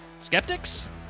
skeptics